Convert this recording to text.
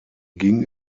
ging